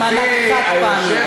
על מענק חד-פעמי.